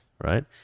right